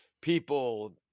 people